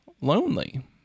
lonely